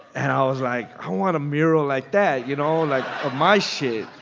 and i was like, i want a mural like that, you know, like, of my shit.